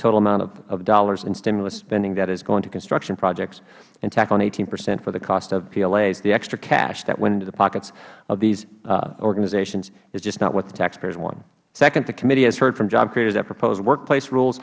total amount of dollars in stimulus sending that is going to construction projects and tack on eighteen percent for the cost of plas the extra cash that went into the pockets of these organizations is just not what the taxpayers want second the committee has heard from job creators that proposed workplace rules